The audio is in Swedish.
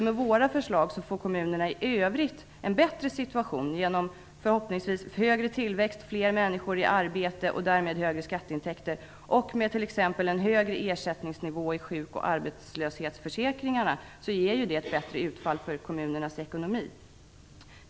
Med våra förslag får kommunerna i övrigt en bättre situation genom förhoppningsvis högre tillväxt, fler människor i arbete och därmed högre skatteintäkter. Tillsammans med en högre ersättningsnivå i sjuk och arbetslöshetsförsäkringarna ger det ett bättre utfall för kommunernas ekonomi.